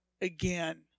again